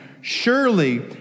surely